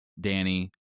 Danny